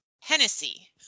Hennessy